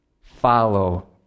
follow